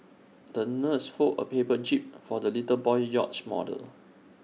the nurse folded A paper jib for the little boy's yacht model